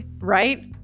right